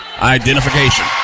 identification